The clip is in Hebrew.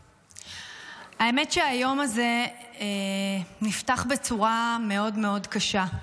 האמת שהיום הזה נפתח בצורה מאוד מאוד קשה.